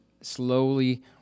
slowly